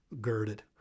girded